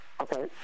Okay